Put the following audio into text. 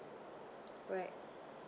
alright